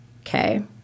okay